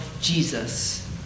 Jesus